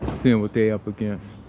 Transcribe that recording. seeing what they up against.